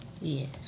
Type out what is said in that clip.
Yes